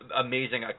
amazing